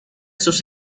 sus